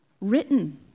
Written